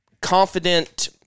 confident